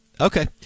Okay